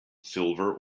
silver